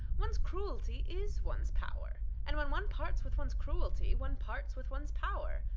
one's cruelty is one's power, and when one parts with one's cruelty one parts with one's power,